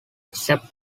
except